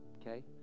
Okay